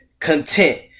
Content